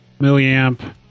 milliamp